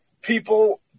people